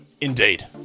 Indeed